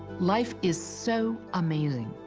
life is so amazing,